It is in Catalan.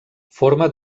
forma